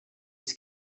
his